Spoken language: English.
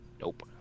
Nope